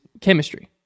chemistry